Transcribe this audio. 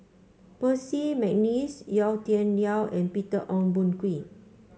Percy McNeice Yau Tian Yau and Peter Ong Boon Kwee